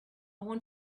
want